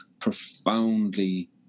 profoundly